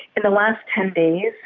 in the last ten days,